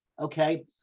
okay